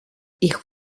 ich